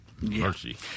mercy